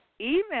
email